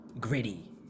gritty